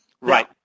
Right